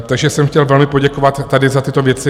Takže jsem chtěl velmi poděkovat tady za tyto věci.